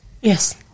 Yes